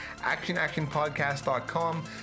actionactionpodcast.com